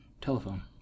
Telephone